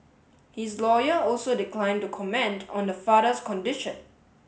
his lawyer also declined to comment on the father's condition